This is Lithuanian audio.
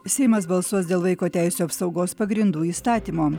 seimas balsuos dėl vaiko teisių apsaugos pagrindų įstatymo